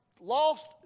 lost